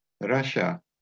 Russia